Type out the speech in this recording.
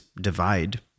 divide